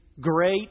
great